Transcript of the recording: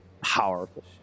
powerful